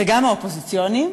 וגם האופוזיציוניים,